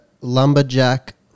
Lumberjack